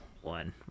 one